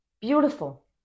Beautiful